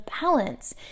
balance